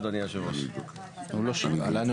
אוקי, אנחנו